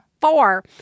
four